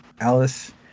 Alice